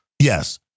Yes